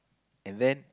and then